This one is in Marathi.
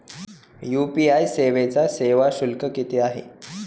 यू.पी.आय सेवेचा सेवा शुल्क किती आहे?